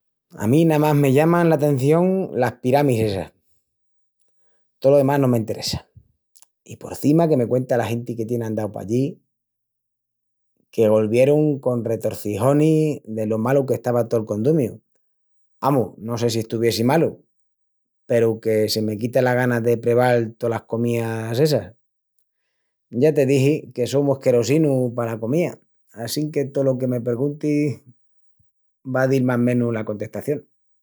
A mí namás me llaman l'atención las piramis essas. Tolo demás no m'enteressa. I porcima que me cuenta la genti que tien andau pallí que golvierun con retorcijonis delo malu qu'estava tol condumiu. Amus, no sé si estuviessi malu, peru que se me quitan las ganas de preval tolas comías essas. Ya te dixi que só mu esquerosinu pala comía assinque tolo me perguntis va a dil más menus la contestación.